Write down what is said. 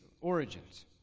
origins